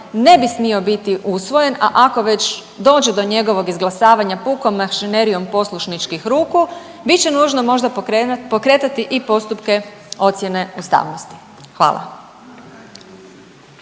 ne bi smio biti usvojen, a ako već dođe do njegovog izglasavanja pukom mašinerijom poslušničkih ruku, bit će nužno možda pokretati i postupke ocjene ustavnosti. Hvala.